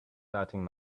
hurting